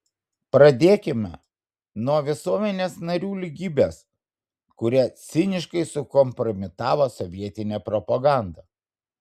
pradėkime nuo visuomenės narių lygybės kurią ciniškai sukompromitavo sovietinė propaganda